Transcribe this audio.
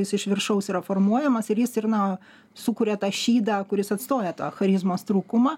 jis iš viršaus yra formuojamas ir jis ir na sukuria tą šydą kuris atstoja tą charizmos trūkumą